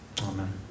Amen